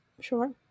sure